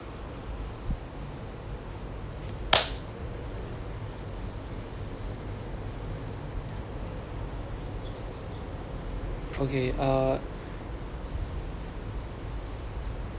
okay uh